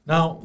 Now